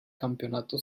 campeonato